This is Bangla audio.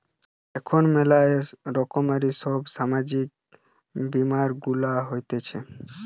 এখন ম্যালা রকমের সব সামাজিক বীমা গুলা হতিছে